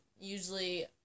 usually